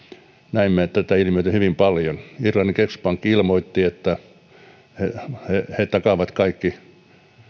näimme tätä ilmiötä hyvin paljon irlannin keskuspankki ilmoitti että se takaa kaikki